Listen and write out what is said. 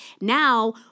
Now